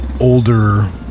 older